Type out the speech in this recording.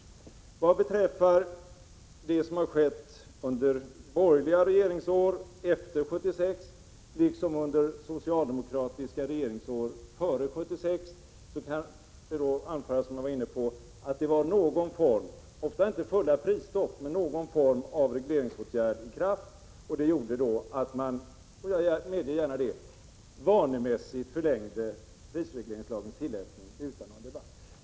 Vad beträffar det som har skett under borgerliga regeringsår efter 1976 och under socialdemokratiska regeringsår före 1976 kan anföras att det var någon form — ofta inte kompletta prisstopp — av regleringsåtgärder i kraft vilket gjorde att man, jag medger gärna det, vanemässigt förlängde prisregleringslagens tillämpning utan debatt.